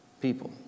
people